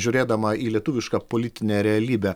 žiūrėdama į lietuvišką politinę realybę